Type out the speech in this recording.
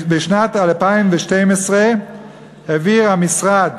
בשנת 2012 העביר המשרד